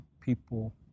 people